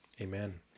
Amen